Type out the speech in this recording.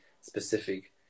specific